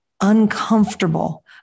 uncomfortable